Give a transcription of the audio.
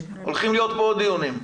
הולכים להיות פה עוד דיונים.